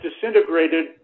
disintegrated